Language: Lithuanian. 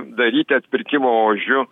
daryti atpirkimo ožiu